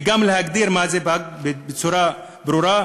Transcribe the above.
וגם להגדיר מה זה פג בצורה ברורה,